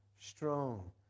strong